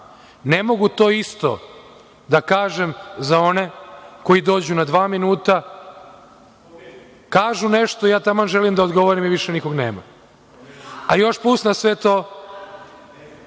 mogu to isto da kažem za one koji dođu na dva minuta, kažu nešto, i ja taman želim da odgovorim, i više nikog nema, ne, ne odnosi se to